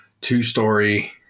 two-story